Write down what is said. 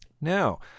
Now